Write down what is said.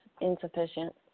insufficient